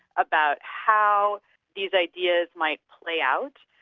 about how these ideas might play out.